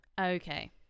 okay